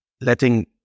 letting